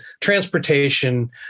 transportation